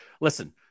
Listen